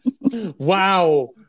Wow